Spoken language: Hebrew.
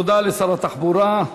תודה לשר התחבורה.